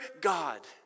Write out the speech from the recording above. God